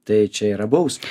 tai čia yra baus